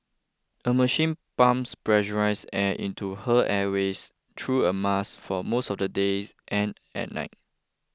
a machine pumps pressurised air into her airways through a mask for most of the day and at night